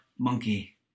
monkey